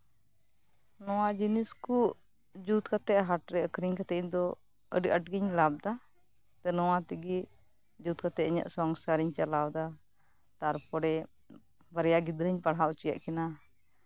ᱱᱚᱶᱟ ᱡᱤᱱᱤᱥ ᱠᱚ ᱡᱩᱛ ᱠᱟᱛᱮᱫ ᱦᱟᱴᱨᱮ ᱤᱧᱫᱚ ᱟᱹᱰᱤ ᱟᱸᱴᱜᱤᱧ ᱞᱟᱵᱷ ᱮᱫᱟ ᱱᱚᱶᱟ ᱛᱮᱜᱮ ᱡᱩᱛ ᱠᱟᱛᱮᱫ ᱤᱧᱟᱹᱜ ᱥᱚᱝᱥᱟᱨ ᱤᱧ ᱪᱟᱞᱟᱣ ᱮᱫᱟ ᱛᱟᱨᱯᱚᱨᱮ ᱵᱟᱨᱭᱟ ᱜᱤᱫᱽᱨᱟᱹᱧ ᱯᱟᱲᱦᱟᱣ ᱦᱚᱪᱚᱭᱮᱫ ᱠᱤᱱᱟ